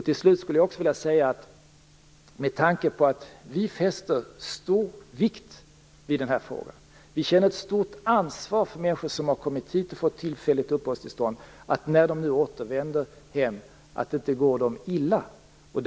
Till slut skulle jag även vilja säga att vi fäster stor vikt vid denna fråga och att vi känner ett stort ansvar för människor som har kommit hit och fått tillfälligt uppehållstillstånd och för att det inte går illa för dem när de nu återvänder hem.